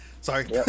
Sorry